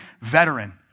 veteran